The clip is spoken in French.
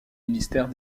ministère